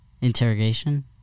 Interrogation